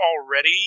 already